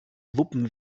wuppen